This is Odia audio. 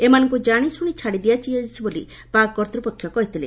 ଏମାନଙ୍କୁ ଜାଣିଶୁଣି ଛାଡ଼ିଦିଆଯାଇଛି ବୋଲି ପାକ୍ କର୍ତ୍ତୃପକ୍ଷ କହିଥିଲେ